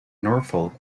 norfolk